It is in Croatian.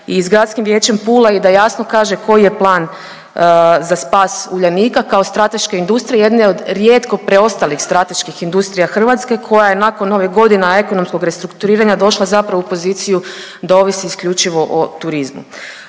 i s gradskim vijećem Pula i da jasno kaže koji je plan za spas Uljanika kao strateške industrije, jedne od rijetko preostalih strateških industrija Hrvatske koja je nakon ovih godina ekonomskog restrukturiranja došla zapravo u poziciju da ovisi isključivo o turizmu.